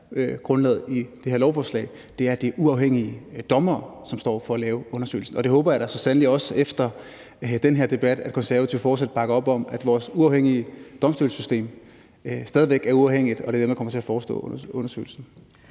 grundlaget i det her lovforslag, uafhængige dommere, som står for at lave undersøgelsen, og det håber jeg da så sandelig også at Konservative efter den her debat fortsat bakker op om, altså at vores uafhængige domstolssystem stadig væk er uafhængigt, og at det er det, der kommer til at forestå undersøgelsen.